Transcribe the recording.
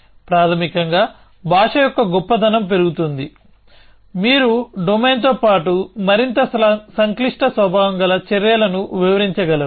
ప్రాథమికంగా భాష యొక్క గొప్పతనం పెరుగుతుంది మీరు డొమైన్తో పాటు మరింత సంక్లిష్ట స్వభావం గల చర్యలను వివరించగలరు